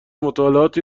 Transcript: مطالعاتی